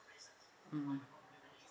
mm